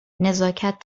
نزاکت